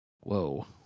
Whoa